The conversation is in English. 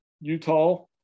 Utah